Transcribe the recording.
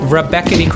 Rebecca